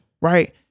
right